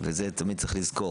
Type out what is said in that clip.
ואת זה צריך תמיד לזכור: